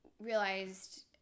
realized